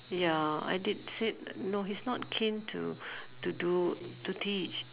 ya I did said no he's not keen to to do to teach